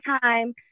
time